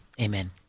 amen